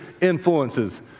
influences